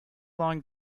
long